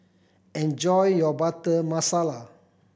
enjoy your Butter Masala